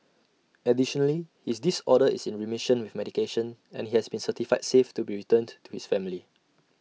additionally his disorder is in remission with medication and he has been certified safe to be returned to his family